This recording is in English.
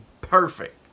perfect